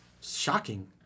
Shocking